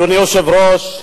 אדוני היושב-ראש,